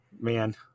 man